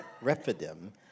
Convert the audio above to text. Rephidim